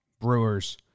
Brewers